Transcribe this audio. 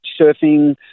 surfing